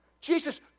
Jesus